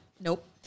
Nope